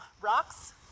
rocks